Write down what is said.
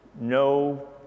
no